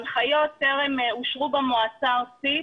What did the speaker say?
ההנחיות טרם אושרו במועצה הארצית,